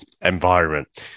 environment